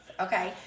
Okay